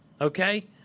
okay